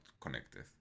connected